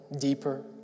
deeper